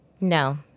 No